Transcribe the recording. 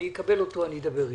אדבר איתו.